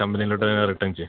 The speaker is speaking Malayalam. കമ്പനിയിലോട്ട് റിട്ടൺ ചെയ്യും